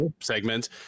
segment